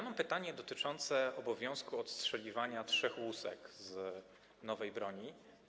Mam pytanie dotyczące obowiązku odstrzeliwania trzech łusek z nowej broni.